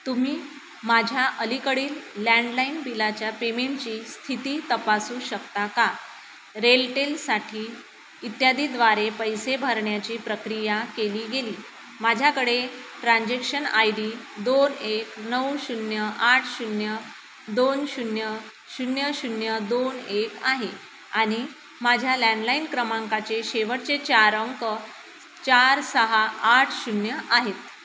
तुम्ही माझ्या अलीकडील लँडलाईन बिलाच्या पेमेंटची स्थिती तपासू शकता का रेलटेलसाठी इत्यादीद्वारे पैसे भरण्याची प्रक्रिया केली गेली माझ्याकडे ट्रान्झॅक्शन आय डी दोन एक नऊ शून्य आठ शून्य दोन शून्य शून्य शून्य दोन एक आहे आणि माझ्या लँडलाईन क्रमांकाचे शेवटचे चार अंक चार सहा आठ शून्य आहेत